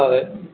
അതെ